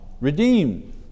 redeemed